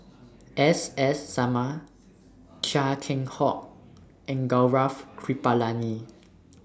S S Sarma Chia Keng Hock and Gaurav Kripalani